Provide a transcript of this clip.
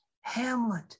Hamlet